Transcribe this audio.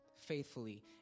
faithfully